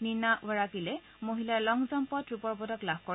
Niña ৱৰাকিলে মহিলাৰ long জাম্পত ৰূপৰ পদক লাভ কৰে